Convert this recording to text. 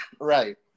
Right